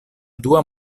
dua